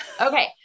Okay